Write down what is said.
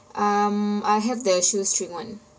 um I'll have the shoestring [one]